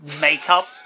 makeup